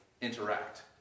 interact